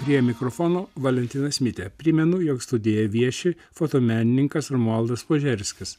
prie mikrofono valentinas mitė primenu jog studijoj vieši fotomenininkas romualdas požerskis